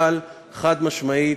אבל חד-משמעית,